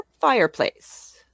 fireplace